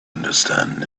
understand